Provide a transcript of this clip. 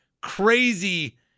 crazy